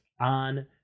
on